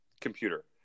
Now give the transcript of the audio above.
computer